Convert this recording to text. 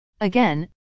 Again